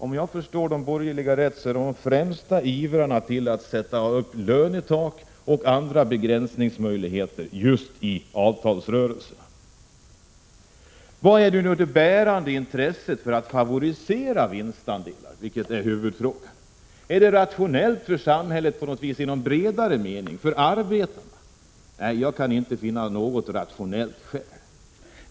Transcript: Om jag förstår saken rätt är de borgerliga de främsta ivrarna för att sätta upp lönetak och andra begränsningsmöjligheter just i avtalsrörelserna. Vilket är det bärande intresset för att favorisera vinstandelar? Detta är huvudfrågan. Är det rationellt för samhället och för arbetarna i någon bredare mening? Nej, jag kan inte finna något rationellt skäl.